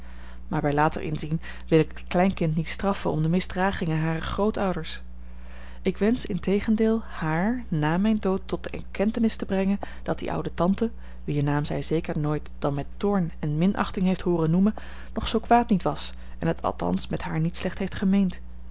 maar bij later inzien wil ik het kleinkind niet straffen om de misdragingen harer grootouders ik wensch integendeel haar na mijn dood tot de erkentenis te brengen dat die oude tante wier naam zij zeker nooit dan met toorn en minachting heeft hooren noemen nog zoo kwaad niet was en het althans met haar niet slecht heeft gemeend